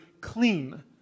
clean